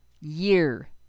year